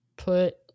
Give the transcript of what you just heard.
put